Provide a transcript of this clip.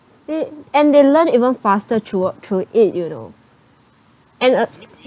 they and they learn even faster through uh through it you know and uh